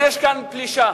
אז יש כאן פלישה,